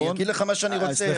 אני אגיד לך מה שאני רוצה --- סליחה,